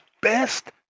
best